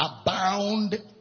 abound